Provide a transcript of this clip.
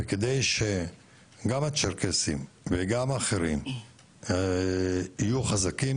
על מנת שגם הצ'רקסיים וגם האחרים יהיו חזקים,